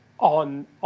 on